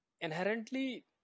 inherently